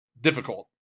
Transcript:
difficult